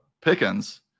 Pickens